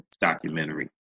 documentary